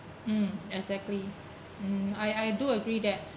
mm exactly um I I do agree that